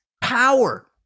power